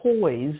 poised